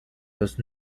los